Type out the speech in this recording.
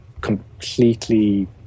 completely